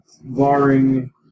barring